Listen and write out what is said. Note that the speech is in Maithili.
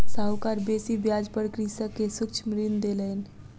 साहूकार बेसी ब्याज पर कृषक के सूक्ष्म ऋण देलैन